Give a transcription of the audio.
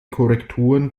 korrekturen